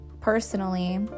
personally